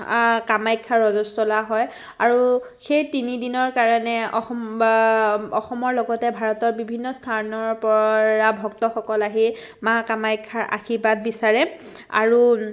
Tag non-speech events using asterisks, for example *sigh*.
*unintelligible* কামাখ্যা ৰজস্বলা হয় আৰু সেই তিনিদিনৰ কাৰণে অসম বা অসমৰ লগতে ভাৰতৰ বিভিন্ন স্থানৰপৰা ভক্তসকল আহি মা কামাখ্যাৰ আশীৰ্বাদ বিচাৰে আৰু